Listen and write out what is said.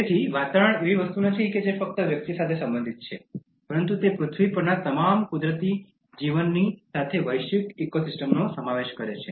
તેથી વાતાવરણ એવી વસ્તુ નથી જે ફક્ત વ્યક્તિ સાથે સંબંધિત છે પરંતુ તે પૃથ્વી પરના તમામ કુદરતી જીવનની સાથે વૈશ્વિક ઇકોસિસ્ટમનો સમાવેશ કરે છે